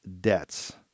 debts